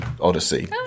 Odyssey